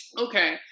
Okay